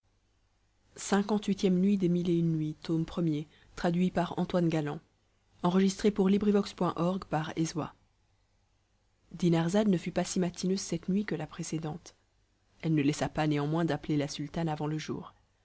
lviii nuit dinarzade ne fut pas si matineuse cette nuit que la précédente elle ne laissa pas néanmoins d'appeler la sultane avant le jour